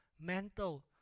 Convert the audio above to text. mental